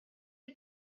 you